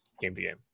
game-to-game